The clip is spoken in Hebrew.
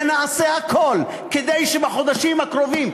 ונעשה הכול כדי שבחודשים הקרובים,